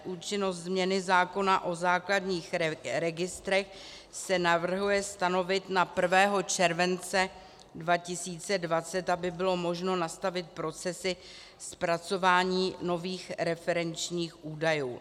Účinnost změny zákona o základních registrech se navrhuje stanovit na 1. července 2020, aby bylo možno nastavit procesy zpracování nových referenčních údajů.